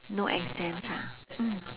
no exams ha mm